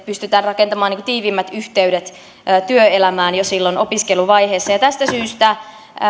pystytään rakentamaan tiiviimmät yhteydet työelämään jo silloin opiskeluvaiheessa tästä syystä